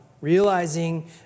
realizing